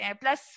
plus